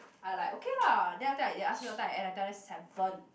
I like okay lah then after that they ask me what time I end I tell them seven